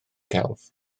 celf